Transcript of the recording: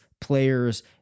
players